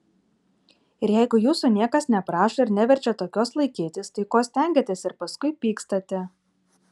ir jeigu jūsų niekas neprašo ir neverčia tokios laikytis tai ko stengiatės ir paskui pykstate